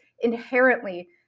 inherently